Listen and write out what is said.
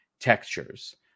textures